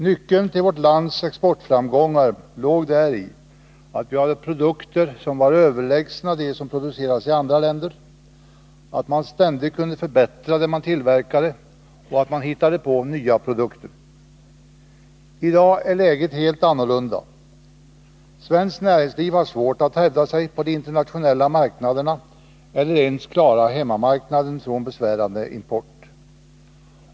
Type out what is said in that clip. Nyckeln till vårt lands exportframgångar låg däri att vi hade produkter som var överlägsna dem som producerades i andra länder, att man ständigt kunde förbättra det man tillverkade och att man hittade på nya produkter. I dag är läget helt annorlunda. Svenskt näringsliv har svårt att hävda sig på de internationella marknaderna eller ens klara hemmamarknaden från besvärande import.